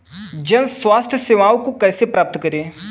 जन स्वास्थ्य सेवाओं को कैसे प्राप्त करें?